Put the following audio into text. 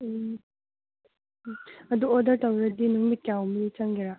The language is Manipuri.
ꯎꯝ ꯑꯗꯨ ꯑꯣꯗꯔ ꯇꯧꯔꯗꯤ ꯅꯨꯃꯤꯠ ꯀꯌꯥꯒꯨꯝꯕꯗꯤ ꯆꯪꯒꯦꯔꯥ